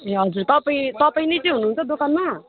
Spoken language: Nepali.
ए हजुर तपाईँ तपाईँ नै चाहिँ हुनुहुन्छ दोकानमा